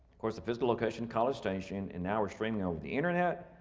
course the physical location college station and now we're streaming over the internet.